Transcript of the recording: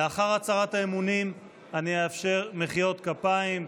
לאחר הצהרת האמונים אני אאפשר מחיאות כפיים,